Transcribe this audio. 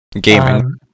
Gaming